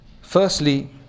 firstly